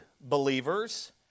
believers